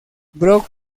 brock